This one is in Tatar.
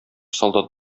солдат